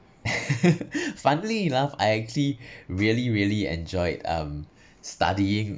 funnily enough I actually really really enjoyed um studying